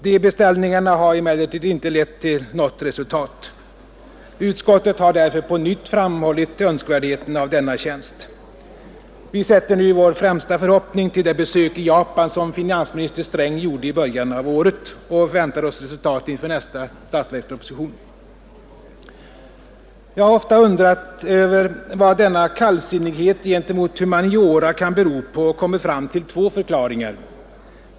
Dessa beställningar har emellertid inte lett till något resultat. Utskottet har därför på nytt framhållit önskvärdheten av denna tjänst. Vi sätter nu vår främsta förhoppning till det besök i Japan som finansminister Sträng gjorde i början av året och väntar oss resultat till nästa statsverksproposition. Jag har ofta undrat över vad denna kallsinnighet gentemot humaniora kan bero på och kommit fram till två förklaringar.